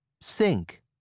sink